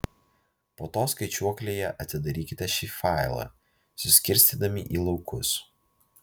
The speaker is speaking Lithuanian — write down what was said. po to skaičiuoklėje atidarykite šį failą suskirstydami į laukus